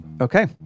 Okay